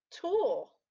tool